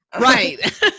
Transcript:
Right